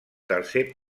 tercer